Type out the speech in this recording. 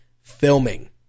filming